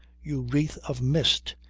you wreath of mist,